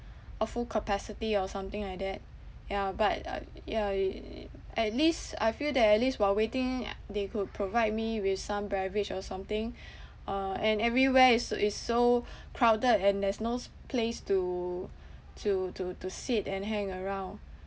a full capacity or something like that ya but uh yeah at least I feel that at least while waiting they could provide me with some beverage or something uh and everywhere is uh is so crowded and there's no s~ place to to to to sit and hang around